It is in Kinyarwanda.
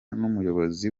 n’umuyobozi